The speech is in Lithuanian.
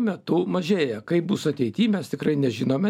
metu mažėja kaip bus ateity mes tikrai nežinome